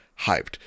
hyped